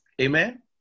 Amen